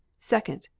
second.